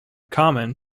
common